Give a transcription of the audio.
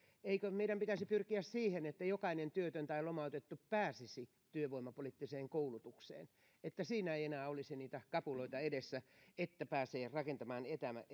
eikö meidän pitäisi pyrkiä siihen että jokainen työtön tai lomautettu pääsisi työvoimapoliittiseen koulutukseen että siinä ei enää olisi niitä kapuloita edessä että pääsee rakentamaan